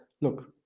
look